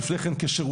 לפני כן כשירותים,